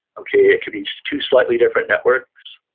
okay it could be two slightly different networks,